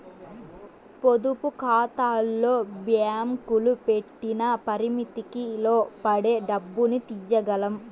పొదుపుఖాతాల్లో బ్యేంకులు పెట్టిన పరిమితికి లోబడే డబ్బుని తియ్యగలం